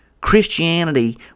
Christianity